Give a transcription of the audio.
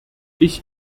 ich